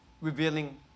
revealing